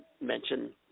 mention